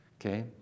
okay